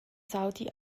saudi